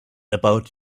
about